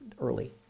early